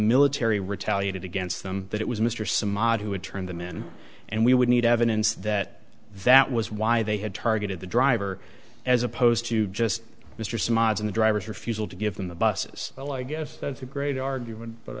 military retaliated against them that it was mr some odd who would turn them in and we would need evidence that that was why they had targeted the driver as opposed to just mr simmons in the driver's refusal to give them the busses well i guess that's a great argument but